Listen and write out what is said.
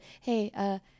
hey